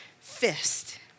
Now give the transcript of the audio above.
fist